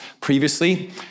previously